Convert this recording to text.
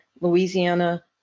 Louisiana